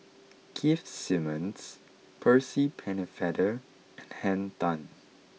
Keith Simmons Percy Pennefather and Henn Tan